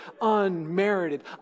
unmerited